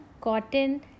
cotton